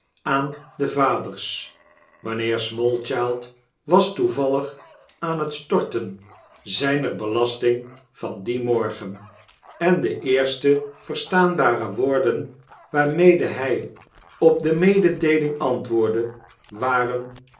aan de vaders mynheer smallchild was toevallig aan het storten zyner belasting van dien morgen en de eerste verstaanbare woorden waarmede hy op de mededeeling antwoordde waren